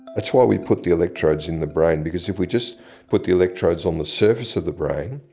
that's why we put the electrodes in the brain, because if we just put the electrodes on the surface of the brain,